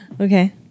Okay